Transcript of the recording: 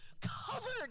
covered